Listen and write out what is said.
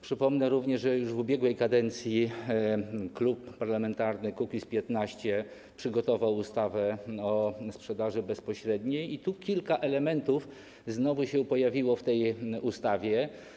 Przypomnę również, że już w ubiegłej kadencji Klub Parlamentarny Kukiz’15 przygotował ustawę o sprzedaży bezpośredniej, i dodam, że tu kilka elementów znowu się pojawiło się w tej ustawie.